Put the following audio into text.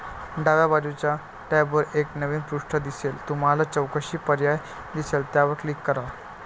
डाव्या बाजूच्या टॅबवर एक नवीन पृष्ठ दिसेल तुम्हाला चौकशी पर्याय दिसेल त्यावर क्लिक करा